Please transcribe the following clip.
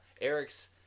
eric's